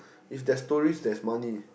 if there's tourists there's money